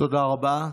תודה רבה.